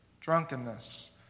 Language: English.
drunkenness